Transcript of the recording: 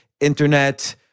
internet